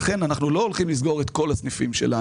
לכן אנחנו לא הולכים לסגור את כל הסניפים שלנו.